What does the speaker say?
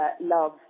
love